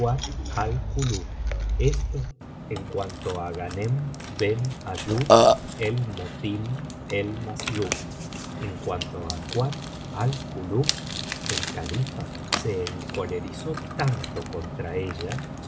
kuat al kulub esto en cnanto a glianem ben ayub el motim el masslub en cuanto á kuat al kulub el califa se encolerizó tanto contra ella